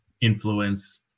influence